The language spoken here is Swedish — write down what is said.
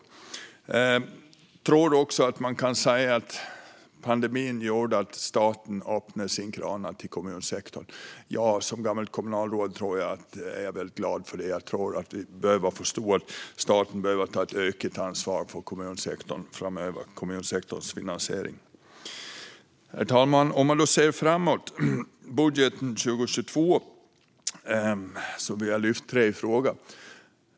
Jag tror att man kan säga att pandemin gjorde att staten öppnade sina kranar till kommunsektorn. Som gammalt kommunalråd är jag väldigt glad för det. Jag tror att vi behöver förstå att staten behöver ta ett ökat ansvar för kommunsektorns finansiering framöver. Herr talman! För att se framåt på budgeten för 2022 vill jag lyfta fram tre frågor.